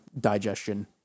digestion